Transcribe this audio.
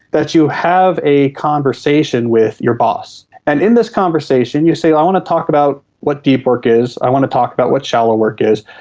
that you have a conversation with your boss. and in this conversation you say i want to talk about what deep work is, i want to talk about what shallow work is.